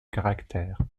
caractères